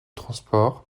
transport